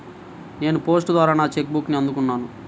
నేను పోస్ట్ ద్వారా నా చెక్ బుక్ని అందుకున్నాను